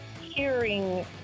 Hearing